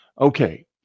Okay